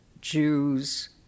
Jews